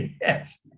Yes